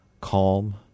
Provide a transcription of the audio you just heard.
calm